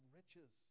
riches